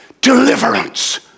deliverance